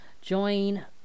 join